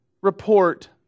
report